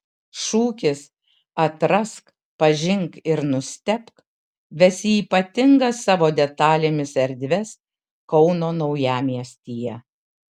šūkis atrask pažink ir nustebk ves į ypatingas savo detalėmis erdves kauno naujamiestyje